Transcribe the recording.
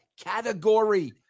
category